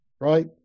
right